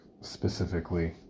specifically